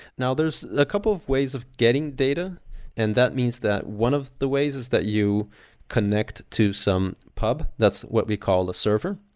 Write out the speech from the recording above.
now, there's a couple of ways of getting data and that means that one of the ways is that you connect to some pub, that's what we call the server.